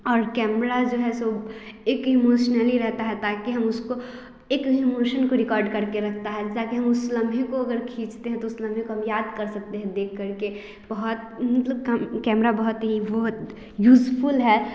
और कैमरा जो है सो एक इमोशनली रहता है ताकि उसको एक इमोशन को रिकॉर्ड करके रखता है ताकि हम उस लम्हे को अगर खीचते हैं तो उस लम्हे को हम याद कर सकते हैं देख कर बहोत मतलब कैमरा बहोत ही वो होता यूज़फुल है